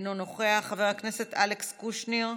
אינו נוכח, חבר הכנסת אלכס קושניר,